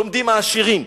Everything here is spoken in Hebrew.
לומדים העשירים,